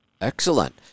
Excellent